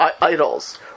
idols